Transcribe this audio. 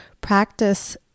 practice